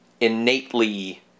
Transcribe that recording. innately